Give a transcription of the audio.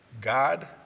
God